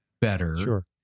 better